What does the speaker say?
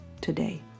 today